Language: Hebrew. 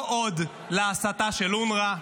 לא עוד להסתה של אונר"א.